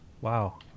Wow